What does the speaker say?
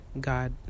God